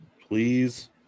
Please